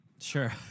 Sure